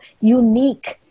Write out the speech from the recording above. unique